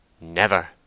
Never